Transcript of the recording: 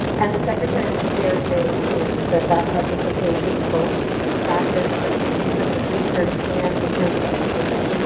and the secretary was very, very clear that that had implications both in terms of practice, in terms of research, and in terms of education.